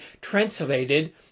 translated